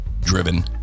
Driven